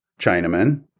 Chinaman